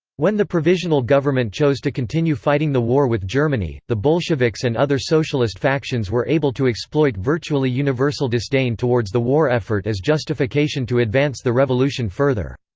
when the provisional government chose to continue fighting the war with germany, the bolsheviks and other socialist factions were able to exploit virtually universal disdain towards the war effort as justification to advance the revolution further.